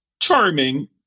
charming